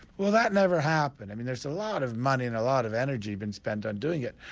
well that never happened. i mean there's a lot of money and a lot of energy been spent on doing it.